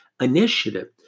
initiative